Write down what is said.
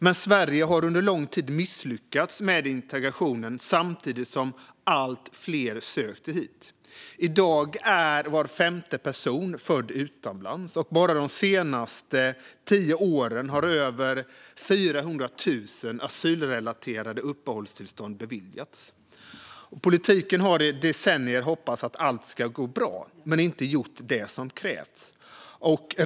Men Sverige har under lång tid misslyckats med integrationen samtidigt som allt fler sökt sig hit. I dag är var femte person född utomlands, och bara de senaste tio åren har över 400 000 asylrelaterade uppehållstillstånd beviljats. Politikerna har i decennier hoppats att allt ska gå bra men inte gjort det som krävs.